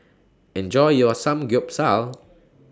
Enjoy your Samgyeopsal